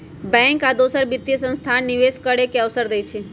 bank आ दोसर वित्तीय संस्थान निवेश करे के अवसर देई छई